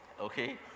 Okay